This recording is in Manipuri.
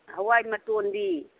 ꯍꯋꯥꯏ ꯃꯇꯣꯟꯗꯤ